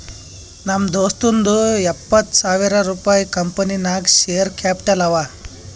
ನಮ್ ದೋಸ್ತುಂದೂ ಎಪ್ಪತ್ತ್ ಸಾವಿರ ರುಪಾಯಿ ಕಂಪನಿ ನಾಗ್ ಶೇರ್ ಕ್ಯಾಪಿಟಲ್ ಅವ